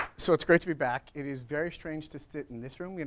so it's great to be back, it is very strange to sit in this room. you know